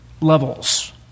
levels